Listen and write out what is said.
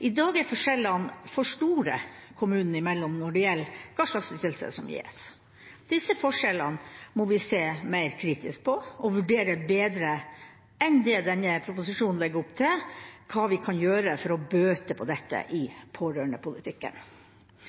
I dag er forskjellene for store kommunene imellom når det gjelder hva slags ytelser som gis. Disse forskjellene må vi se mer kritisk på og vurdere, bedre enn det denne proposisjonen legger opp til, hva vi kan gjøre for å bøte på dette i